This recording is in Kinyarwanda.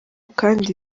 kandi